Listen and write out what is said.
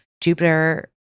Jupiter